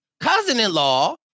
cousin-in-law